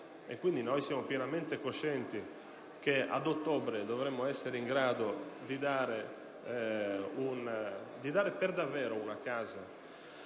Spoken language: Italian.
prima. Noi siamo pienamente coscienti che ad ottobre dovremo essere in grado di dare davvero una casa